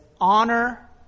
honor